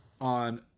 on